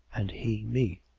and he me.